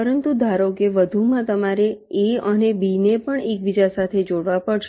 પરંતુ ધારો કે વધુમાં તમારે A અને B ને પણ એકબીજા સાથે જોડવા પડશે